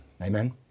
amen